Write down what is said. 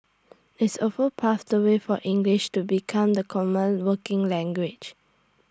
it's also paved the way for English to become the common working language